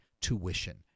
tuition